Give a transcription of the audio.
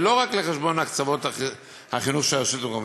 ולא רק לחשבון הקצבות החינוך של הרשות המקומית,